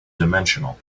dimensional